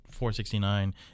469